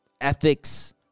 ethics